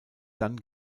dann